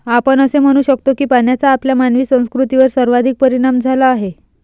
आपण असे म्हणू शकतो की पाण्याचा आपल्या मानवी संस्कृतीवर सर्वाधिक परिणाम झाला आहे